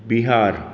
Bihar